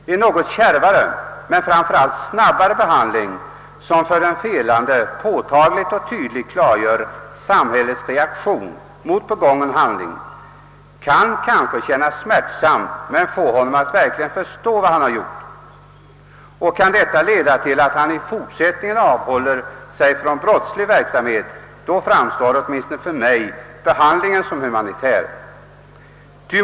En något kärvare men framför allt snabbare behandling, som för den felande påtagligt och tydligt visar samhällets reaktion mot begången handling, kan kännas smärtsam men får honom att verkligen förstå vad han gjort. Om detta medför att han i fortsättningen avhåller sig från brottslig verksamhet, ter sig åtminstone för mig behandlingen som humanitär.